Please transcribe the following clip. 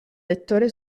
lettore